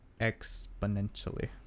exponentially